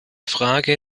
frage